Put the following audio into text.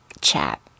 chat